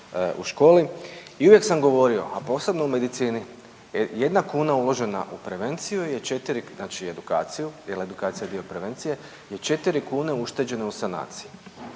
u školi i uvijek sam govorio, a posebno u medicini, jedna kuna uložena u prevenciju je 4, znači edukacija jer edukacija je dio prevencije, je 4 kune ušteđene u sanaciji.